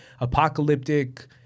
apocalyptic